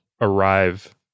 arrive